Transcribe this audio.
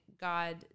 God